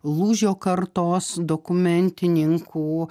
lūžio kartos dokumentininkų